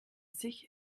sich